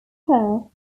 spur